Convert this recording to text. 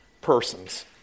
persons